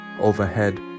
overhead